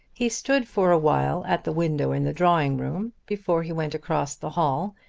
he stood for a while at the window in the drawing-room before he went across the hall,